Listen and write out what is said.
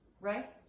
right